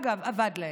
אגב, עבד להם.